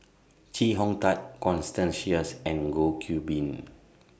Chee Hong Tat Constance Sheares and Goh Qiu Bin